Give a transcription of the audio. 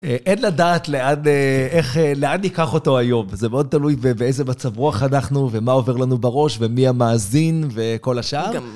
אין לדעת לאן ניקח אותו היום, זה מאוד תלוי באיזה מצב רוח אנחנו ומה עובר לנו בראש ומי המאזין וכל השאר.